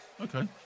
Okay